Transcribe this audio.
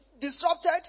disrupted